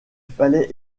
fallait